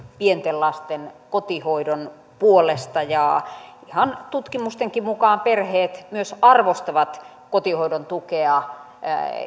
pienten lasten kotihoidon puolesta ja ihan tutkimustenkin mukaan perheet myös arvostavat kotihoidon tukea